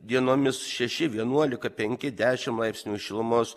dienomis šeši vienuolika penki dešim laipsnių šilumos